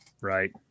Right